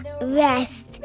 rest